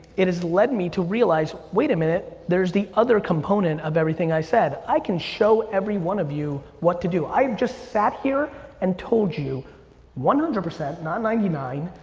it has led me to realize, wait a minute, there's the other component of everything i said. i can show every one of you what to do. i've just sat here and told you one hundred, not ninety nine,